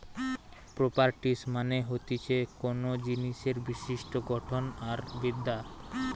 properties মানে হতিছে কোনো জিনিসের বিশিষ্ট গঠন আর বিদ্যা